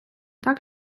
так